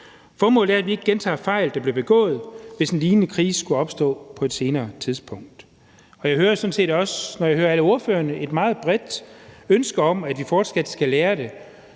Formålet er, at vi ikke gentager fejl, der blev begået, hvis en lignende krise skulle opstå på et senere tidspunkt. Jeg hører sådan set også, når jeg hører alle ordførerne, et meget bredt ønske om, at vi fortsat skal lære af